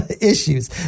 issues